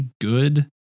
good